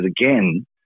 again